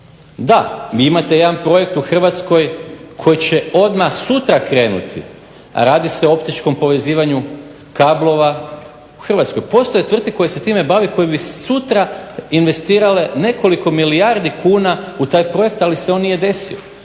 Da, vi imate jedan projekt u Hrvatskoj koji će odmah sutra krenuti, radi se o optičkom povezivanju kablova u Hrvatskoj. Postoje tvrtke koje se time bave, koje bi sutra investirale nekoliko milijardi kuna u taj projekt ali se on nije desio.